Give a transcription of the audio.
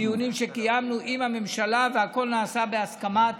בדיונים שקיימנו עם הממשלה, הכול נעשה בהסכמת